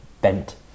bent